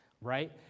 Right